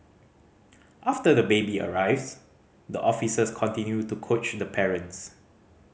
after the baby arrives the officers continue to coach the parents